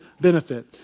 benefit